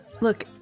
Look